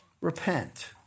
repent